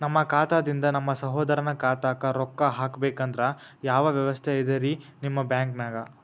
ನಮ್ಮ ಖಾತಾದಿಂದ ನಮ್ಮ ಸಹೋದರನ ಖಾತಾಕ್ಕಾ ರೊಕ್ಕಾ ಹಾಕ್ಬೇಕಂದ್ರ ಯಾವ ವ್ಯವಸ್ಥೆ ಇದರೀ ನಿಮ್ಮ ಬ್ಯಾಂಕ್ನಾಗ?